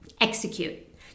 execute